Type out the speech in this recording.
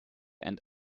and